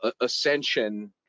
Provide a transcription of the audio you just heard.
ascension